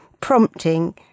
prompting